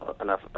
enough